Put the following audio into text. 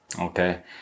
Okay